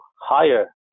higher